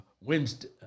Wednesday